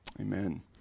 Amen